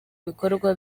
bikorwa